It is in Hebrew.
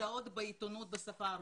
מודעות בעיתונות בשפה הרוסית.